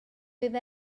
bydd